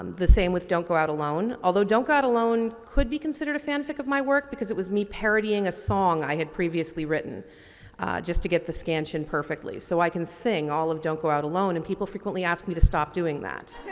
the same with don't go out alone, although don't go out alone could be considered a fan-fic of my work because it was me parodying a song i had previously written just to get the scansion perfectly. so, i can sing all of don't go out alone and people frequently ask me to stop doing that.